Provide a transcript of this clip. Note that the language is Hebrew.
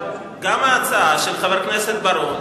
גם ההצעה של חבר הכנסת בר-און,